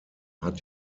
hat